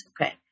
okay